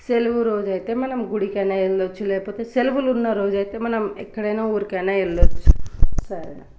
సెలవు రోజయితే మనం గుడికైనా వెళ్ళచ్చు లేకపోతే సెలవులు ఉన్న రోజైతే మనం ఎక్కడైనా ఊరికైన వెళ్ళచ్చు సరే